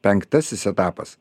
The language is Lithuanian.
penktasis etapas